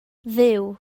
dduw